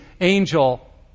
angel